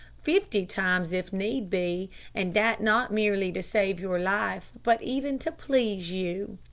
fifty times if need be and that not merely to save your life, but even to please you.